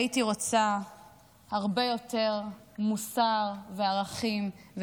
הייתי רוצה הרבה יותר מוסר וערכים,